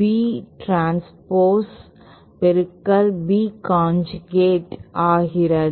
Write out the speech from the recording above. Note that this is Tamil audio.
B டிரான்ஸ்போஸ் B கான்ஜூகேட் ஆகிறது